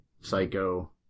psycho